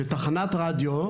שתחנת רדיו,